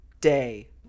day